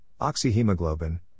oxyhemoglobin